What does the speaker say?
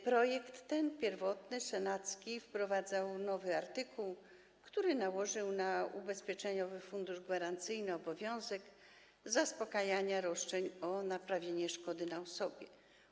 Projekt, ten pierwotny, senacki, wprowadzał nowy artykuł, który nałożył na Ubezpieczeniowy Fundusz Gwarancyjny obowiązek zaspokajania roszczeń o naprawienie szkody na osobie.